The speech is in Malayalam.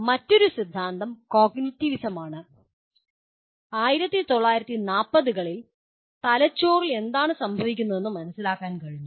മറ്റൊരു സിദ്ധാന്തം "കോഗ്നിറ്റിവിസം" ആണ് 1940 കളിൽ തലച്ചോറിൽ എന്താണ് സംഭവിക്കുന്നതെന്ന് മനസിലാക്കാൻ കഴിഞ്ഞു